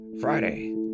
Friday